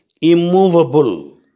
immovable